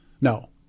No